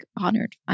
honored